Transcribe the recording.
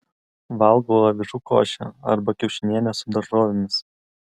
valgau avižų košę arba kiaušinienę su daržovėmis